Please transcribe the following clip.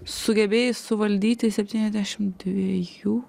sugebėjai suvaldyti septyniasdešim dviejų